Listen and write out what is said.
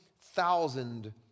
thousand